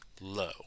low